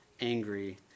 angry